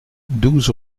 douze